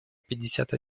пятьдесят